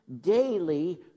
daily